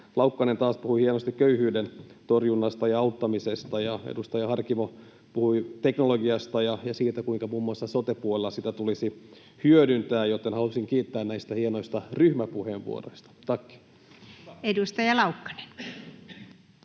Laukkanen taas puhui hienosti köyhyyden torjunnasta ja auttamisesta, ja edustaja Harkimo puhui teknologiasta ja siitä, kuinka muun muassa sote-puolella sitä tulisi hyödyntää. Joten halusin kiittää näistä hienoista ryhmäpuheenvuoroista. — Tack.